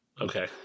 Okay